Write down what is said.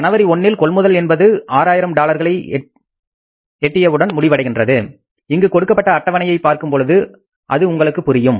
ஜனவரி 1 இல் கொள்முதல் என்பது 6000 டாலர்களை எட்டியவுடன் முடிவடைகின்றது இங்கு கொடுக்கப்பட்ட அட்டவணையை பார்க்கும்பொழுது அது உங்களுக்கு புரியும்